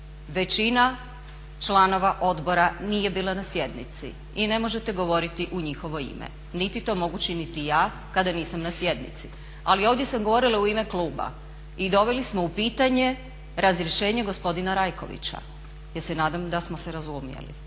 Većina članova odbora nije bila na sjednici i ne možete govoriti u njihovo ime, niti to mogu činiti ja kada nisam na sjednici, ali ovdje sam govorila u ime kluba i doveli smo u pitanje razrješenje gospodina Rajkovića, ja se nadam da smo se razumjeli?